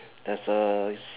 there's a